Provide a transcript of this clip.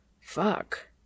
Fuck